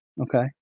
Okay